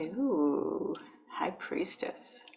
who high priestess